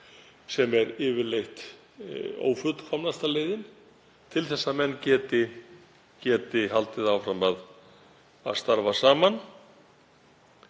sem er yfirleitt ófullkomnasta leiðin til þess að menn geti haldið áfram að starfa saman